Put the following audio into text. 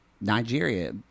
Nigeria